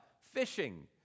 fishing